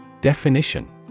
Definition